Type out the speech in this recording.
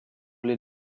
les